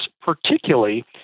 particularly